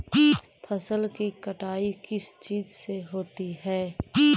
फसल की कटाई किस चीज से होती है?